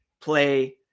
play